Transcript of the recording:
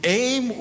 aim